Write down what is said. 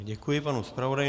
Děkuji panu zpravodaji.